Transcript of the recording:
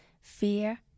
fear